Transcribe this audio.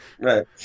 Right